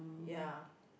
ya